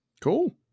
Cool